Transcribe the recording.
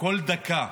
כל דקה,